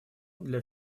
для